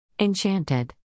Enchanted